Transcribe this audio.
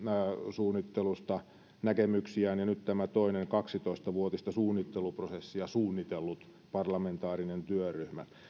suunnittelusta näkemyksiään ja nyt on tämä toinen kaksitoista vuotista suunnitteluprosessia suunnitellut parlamentaarinen työryhmä